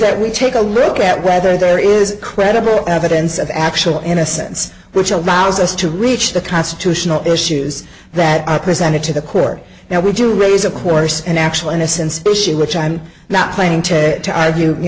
that we take a look at whether there is credible evidence of actual innocence which allows us to reach the constitutional issues that are presented to the core now would you raise of course an actual innocence mission which i'm not playing to to argue you